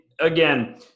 again